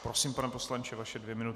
Prosím, pane poslanče, vaše dvě minuty.